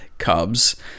Cubs